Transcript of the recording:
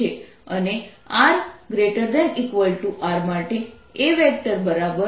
અને r ≥ R માટે A0R4ωσsinθ3r2 છે